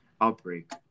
outbreak